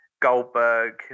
goldberg